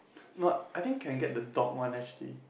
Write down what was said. not I think can get the dog one actually